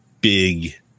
big